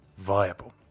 viable